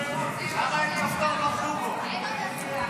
שעה) (תיקון),